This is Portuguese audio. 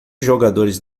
jogadores